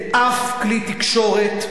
לאף כלי תקשורת,